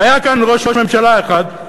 היה כאן ראש ממשלה אחד,